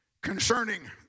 concerning